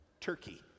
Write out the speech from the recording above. turkey